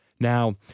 Now